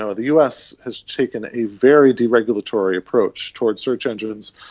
ah the us has taken a very deregulatory approach towards search engines,